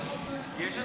אבל יש הצבעה.